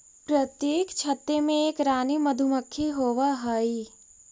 प्रत्येक छत्ते में एक रानी मधुमक्खी होवअ हई